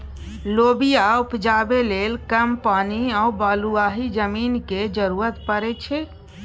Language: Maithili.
लोबिया उपजाबै लेल कम पानि आ बलुआही जमीनक जरुरत परै छै